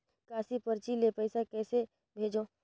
निकासी परची ले पईसा कइसे भेजों?